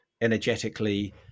energetically